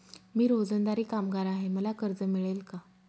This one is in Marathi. मी रोजंदारी कामगार आहे मला कर्ज मिळेल का?